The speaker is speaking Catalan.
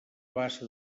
bassa